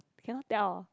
cannot tell